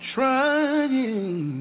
Trying